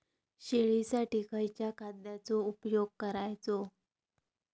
शेळीसाठी खयच्या खाद्यांचो उपयोग करायचो?